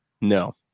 No